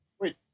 Wait